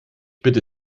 bitte